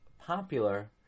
popular